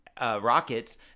Rockets